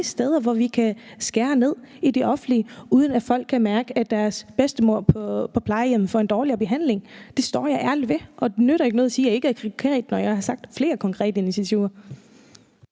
steder, hvor vi kan skære ned i det offentlige, uden at folk kan mærke, at deres bedstemor på plejehjemmet får en dårligere behandling. Det står jeg ærligt ved, og det nytter ikke noget at sige, jeg ikke er konkret, når jeg har nævnt flere konkrete initiativer.